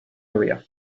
area